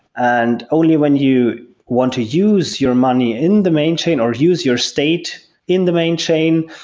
and only when you want to use your money in the main chain or use your state in the main chain,